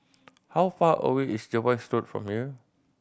how far away is Jervois Road from here